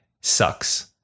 sucks